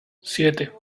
siete